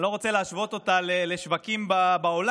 אני לא רוצה להשוות אותה לשווקים בעולם,